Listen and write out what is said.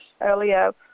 earlier